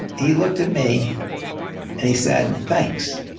he looked at me and he said, thanks.